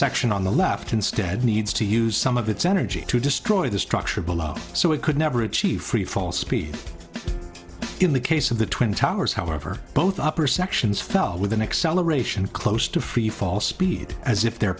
section on the left instead needs to use some of its energy to destroy the structure below so it could never achieve freefall speed in the case of the twin towers however both upper sections fell with an acceleration close to freefall speed as if the